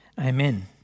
Amen